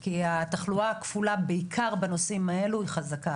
כי התחלואה הכפולה בעיקר בנושאים האלו היא חזקה,